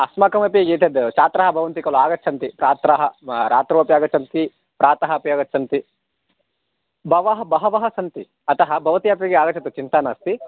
अस्माकमपि एतद् छात्राः भवन्ति खलु आगच्छन्ति छात्राः रात्रौ अपि आगच्छन्ति प्रातः अपि आगच्छन्ति बवः बहवः सन्ति अतः भवती अपि आगच्छतु चिन्ता नास्ति